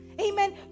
Amen